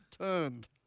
turned